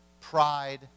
pride